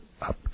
up